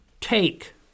take